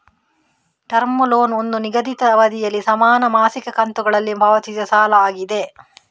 term loan ಒಂದು ನಿಗದಿತ ಅವಧಿನಲ್ಲಿ ಸಮಾನ ಮಾಸಿಕ ಕಂತುಗಳಲ್ಲಿ ಪಾವತಿಸಿದ ಸಾಲ ಆಗಿದೆ